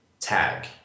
tag